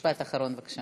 משפט אחרון, בבקשה.